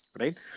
right